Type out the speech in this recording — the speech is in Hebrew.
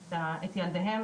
את הילדים.